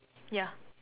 ya